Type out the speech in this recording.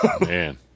Man